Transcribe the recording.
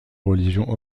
religion